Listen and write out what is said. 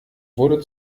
wurde